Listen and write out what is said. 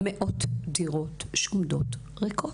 -- מאות דירות שעומדות ריקות.